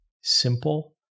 simple